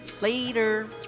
Later